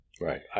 Right